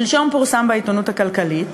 שלשום פורסם בעיתונות הכלכלית